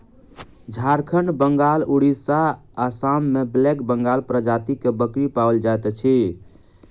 झारखंड, बंगाल, उड़िसा, आसाम मे ब्लैक बंगाल प्रजातिक बकरी पाओल जाइत अछि